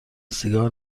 سیگار